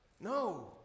No